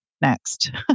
next